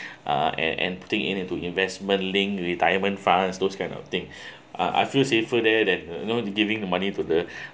uh and anything you need into investment linked retirement funds those kind of thing uh I feel safer there than you know giving the money to the